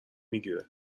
میگیره